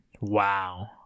Wow